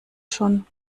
schon